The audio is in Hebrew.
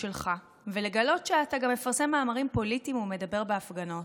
שלך ולגלות שאתה גם מפרסם מאמרים פוליטיים ומדבר בהפגנות.